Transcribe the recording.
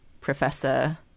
professor